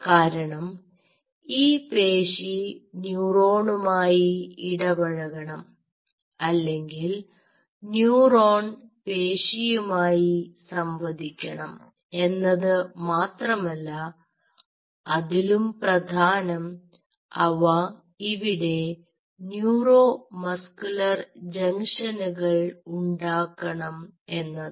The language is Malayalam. കാരണം ഈ പേശി ന്യൂറോണുമായി ഇടപഴകണം അല്ലെങ്കിൽ ന്യൂറോൺ പേശിയുമായി സംവദിക്കണം എന്നത് മാത്രമല്ല അതിലും പ്രധാനം അവ ഇവിടെ ന്യൂറോ മസ്കുലർ ജംഗ്ഷനുകൾ ഉണ്ടാക്കണം എന്നതാണ്